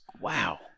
Wow